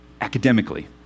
academically